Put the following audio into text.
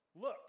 look